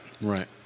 right